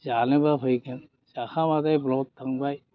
जानोबा फैगोन जाखांबाथाय ब्ल'थ थांबाय